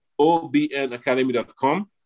obnacademy.com